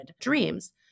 dreams